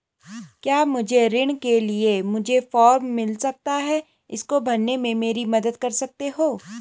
क्या मुझे ऋण के लिए मुझे फार्म मिल सकता है इसको भरने में मेरी मदद कर सकते हो?